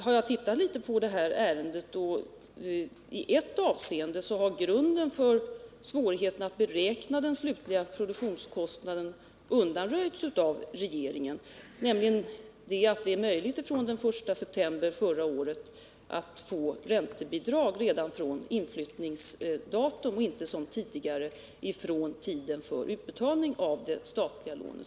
Jag har studerat det ärende vi nu diskuterar, och jag har funnit att grunden för svårigheterna att beräkna den slutliga produktionskostnaden har undanröjts av regeringen. Det är nämligen möjligt att från den 1 september förra året få räntebidrag redan från inflyttningsdatum och inte som tidigare från tiden för utbetalning av det statliga lånet.